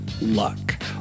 luck